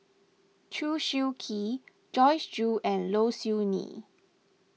Chew Swee Kee Joyce Jue and Low Siew Nghee